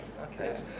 okay